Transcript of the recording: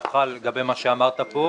הוא נראה לי מאוד-מאוד עצבני.